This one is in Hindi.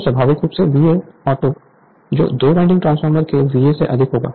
तो स्वाभाविक रूप से VA ऑटो जो दो वाइंडिंग ट्रांसफार्मर के VA से अधिक होगा